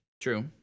true